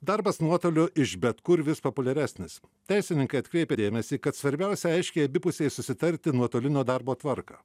darbas nuotoliu iš bet kur vis populiaresnis teisininkai atkreipia dėmesį kad svarbiausia aiškiai abipusiai susitarti nuotolinio darbo tvarką